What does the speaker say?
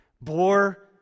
bore